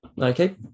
Okay